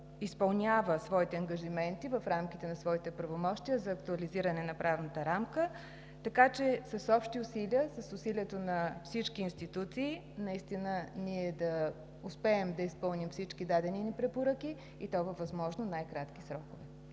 изпълнява своите ангажименти в рамките на своите правомощия за актуализиране на правната рамка, така че с общи усилия – с усилията на всички институции, наистина да успеем да изпълним всички дадени ни препоръки, и то във възможно най-кратки срокове.